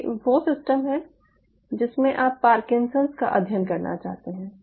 ये वो सिस्टम है जिसमें आप पार्किंसंस का अध्ययन करना चाहते हैं